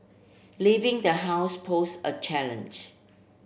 leaving the house pose a challenge